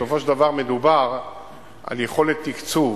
בסופו של דבר מדובר על יכולת תקצוב.